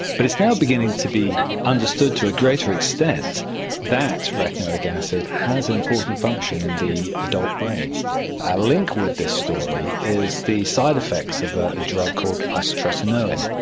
but it's now beginning to be understood to a greater extent that retinoic acid has an important function in the adult or brain. a link with this story is the side effects of a drug called isotretinoin,